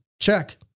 Check